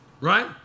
right